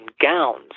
gowns